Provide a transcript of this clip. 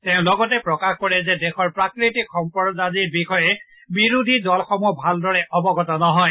তেওঁ লগতে কয় যে দেশৰ প্ৰাকৃতিক সম্পদৰাজিৰ বিষয়ে বিৰোধী দলসমূহ ভালদৰে অৱগত নহয়